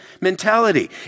mentality